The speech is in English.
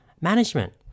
management